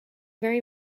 very